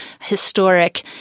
historic